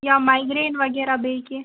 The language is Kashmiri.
یا مایگرین وغیرہ بییہِ کیٚنٛہہ